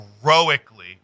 heroically